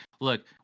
look